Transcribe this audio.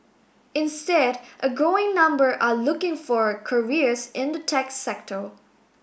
instead a growing number are looking for careers in the tech sector